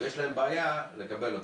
ויש להן בעיה לקבל אותו.